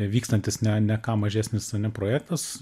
vykstantis ne ne ką mažesnis ane projektas